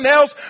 else